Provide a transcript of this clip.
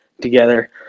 together